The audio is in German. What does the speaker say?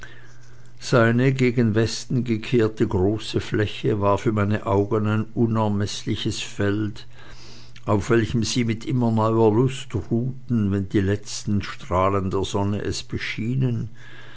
seine gegen westen gekehrte große fläche war für meine augen ein unermeßliches feld auf welchem sie mit immer neuer lust ruhten wenn die letzten strahlen der sonne es beschienen